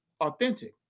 authentic